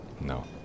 No